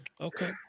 Okay